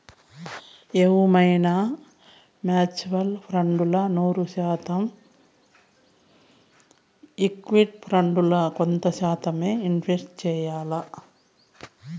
ఎవువైనా mutual funds ల నూరు శాతం ఈక్విటీ ఫండ్స్ ల కొంత శాతమ్మే ఇన్వెస్ట్ చెయ్యాల్ల